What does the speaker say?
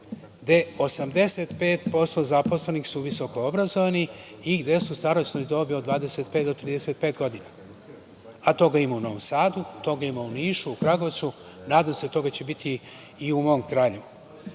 gde 85% zaposlenih su visoko obrazovani i gde su u starosnoj dobi od 25 do 35 godina, a toga ima u Novom Sadu, toga ima u Nišu, Kragujevcu, a nadam se da će toga biti i u mom Kraljevu.I